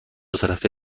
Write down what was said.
طرفه